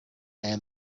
and